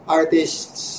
artists